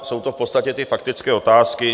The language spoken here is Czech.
Jsou to v podstatě ty faktické otázky.